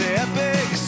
epic